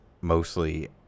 mostly